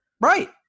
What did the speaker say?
Right